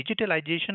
digitalization